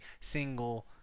single